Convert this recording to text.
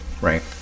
Right